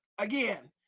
Again